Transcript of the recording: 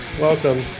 Welcome